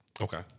Okay